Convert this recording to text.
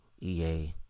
EA